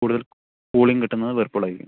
കൂടുതൽ കൂളിംഗ് കിട്ടുന്നത് വേർപൂളായിരിക്കും